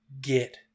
get